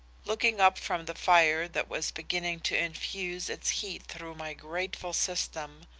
looking up from the fire that was beginning to infuse its heat through my grateful system,